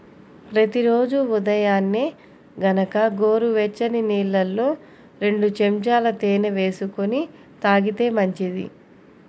ప్రతి రోజూ ఉదయాన్నే గనక గోరువెచ్చని నీళ్ళల్లో రెండు చెంచాల తేనె వేసుకొని తాగితే మంచిది